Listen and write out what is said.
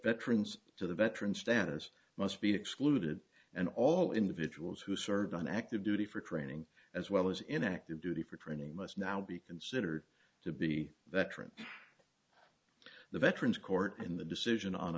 trims to the veteran status must be excluded and all individuals who served on active duty for training as well as in active duty for training must now be considered to be that are in the veterans court in the decision on